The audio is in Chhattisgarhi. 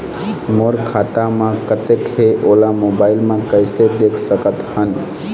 मोर खाता म कतेक हे ओला मोबाइल म कइसे देख सकत हन?